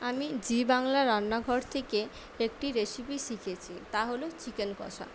আমি জি বাংলার রান্নাঘর থেকে একটি রেসিপি শিখেছি তা হল চিকেন কষা